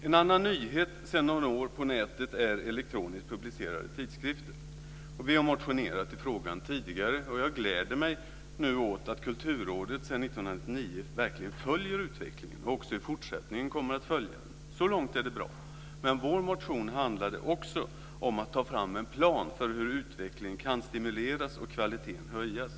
En annan nyhet på nätet sedan några år är elektroniskt publicerade tidskrifter. Vi har motionerat i frågan tidigare. Jag gläder mig nu åt att Kulturrådet sedan 1999 verkligen följer utvecklingen och också i fortsättningen kommer att följa den. Så långt är det bra, men vår motion handlade också om att ta fram en plan för hur utvecklingen kan stimuleras och kvaliteten höjas.